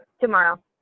Tomorrow